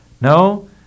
No